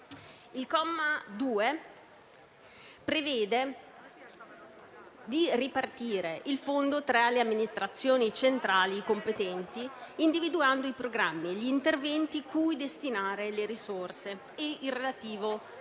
Il comma 2 prevede di ripartire il fondo tra le amministrazioni centrali competenti, individuando i programmi e gli interventi cui destinare le risorse e il relativo profilo